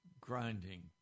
grinding